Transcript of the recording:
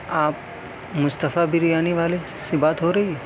آپ مصطفیٰ بریانی والے سے بات ہو رہی ہے